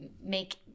make